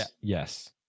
Yes